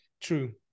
true